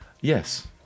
Yes